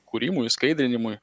kūrimui išskaidrinimui